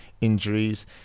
injuries